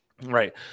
Right